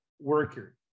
worker